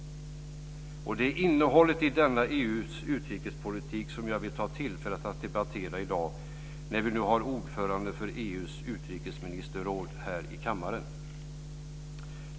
Det är innehållet i denna EU:s utrikespolitik som jag vill ta tillfället att debattera i dag, när vi nu har ordföranden för EU:s utrikesministerråd här i kammaren.